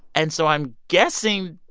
and so i'm guessing